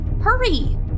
Hurry